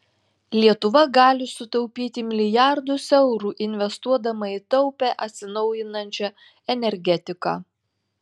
lietuva gali sutaupyti milijardus eurų investuodama į taupią atsinaujinančią energetiką